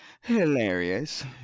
Hilarious